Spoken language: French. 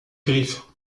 griffes